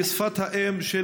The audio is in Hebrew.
והיא שפת האם של